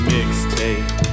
Mixtape